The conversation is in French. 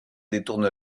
détourne